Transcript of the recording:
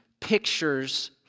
pictures